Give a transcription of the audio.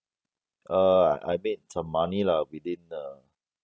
uh I made some money lah within the